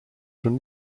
from